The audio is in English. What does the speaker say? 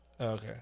okay